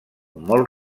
molt